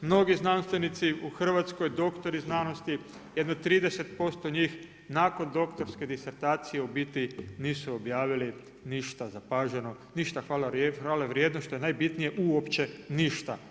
Mnogi znanstvenici u Hrvatskoj, doktori znanosti jedno 30% njih, nakon doktorske disertacije u biti, nisu objavili ništa zapaženo, ništa hvalevrijedno što je najbitnije, uopće ništa.